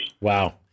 Wow